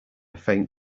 faint